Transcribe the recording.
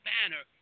Banner